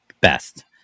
best